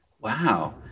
Wow